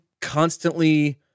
constantly